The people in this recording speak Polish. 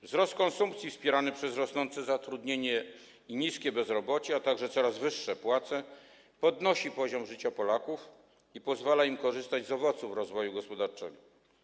Wzrost konsumpcji wspierany przez rosnące zatrudnienie i niskie bezrobocie, a także coraz wyższe płace podnosi poziom życia Polaków i pozwala im korzystać z owoców rozwoju gospodarczego.